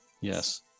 yes